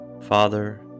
Father